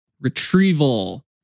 Retrieval